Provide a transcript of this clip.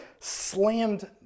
slammed